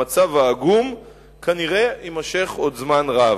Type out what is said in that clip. המצב העגום כנראה יימשך עוד זמן רב.